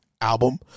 album